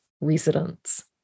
residents